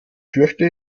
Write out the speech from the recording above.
fürchte